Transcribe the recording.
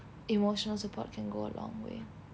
emotional support can go a long way